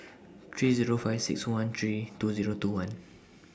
three Zero five six one three two Zero two one